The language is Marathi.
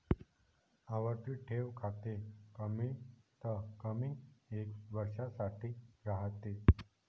आवर्ती ठेव खाते कमीतकमी एका वर्षासाठी राहते